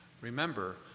remember